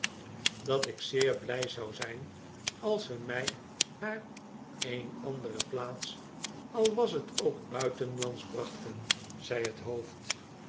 dat ik zeer big zou zijn als ze mij naar een andere plaats al was t ook buitenslands brachten zei t hoofd